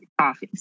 office